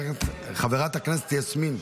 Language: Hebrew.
חברתי חברת הכנסת יסמין.